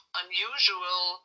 unusual